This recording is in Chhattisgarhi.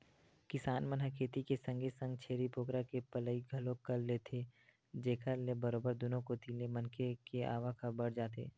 किसान मन ह खेती के संगे संग छेरी बोकरा के पलई घलोक कर लेथे जेखर ले बरोबर दुनो कोती ले मनखे के आवक ह बड़ जाथे